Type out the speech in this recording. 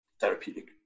therapeutic